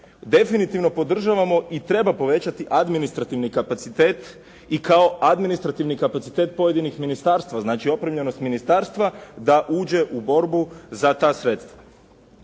Definitivno podržavamo i treba povećati administrativni kapacitet i kao administrativni kapacitet pojedinih ministarstava, znači opremljenost ministarstva da uđe u borbu za ta sredstva.